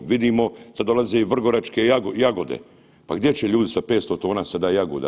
Vidimo, sad dolaze vrgoračke jagode, pa gdje će ljudi sada sa 500 tona sada jagoda?